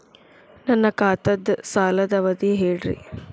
ನನ್ನ ಖಾತಾದ್ದ ಸಾಲದ್ ಅವಧಿ ಹೇಳ್ರಿ